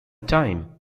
time